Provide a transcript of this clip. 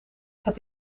het